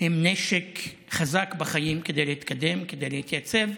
הם נשק חזק בחיים כדי להתקדם, כדי להתייצב,